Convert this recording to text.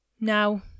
Now